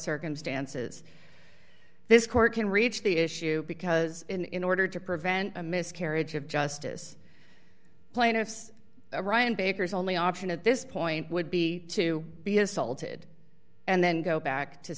circumstances this court can reach the issue because in order to prevent a miscarriage of justice plaintiffs ryan bakers only option at this point would be to be assaulted and then go back to